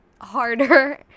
harder